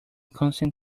constant